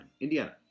Indiana